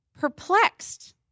perplexed